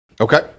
Okay